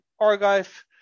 archive